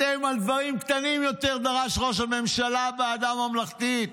על דברים קטנים דרש ראש הממשלה ועדה ממלכתית,